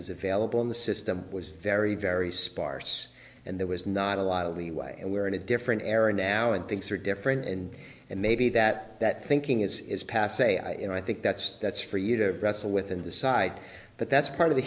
was available in the system was very very sparse and there was not a lot of leeway and we were in a different era now and things are different and and maybe that that thinking is is passe and i think that's that's for you to wrestle with and decide but that's part